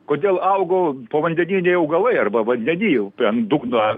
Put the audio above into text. kodėl augo povandeniniai augalai arba vandeny jau ant dugno